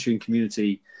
community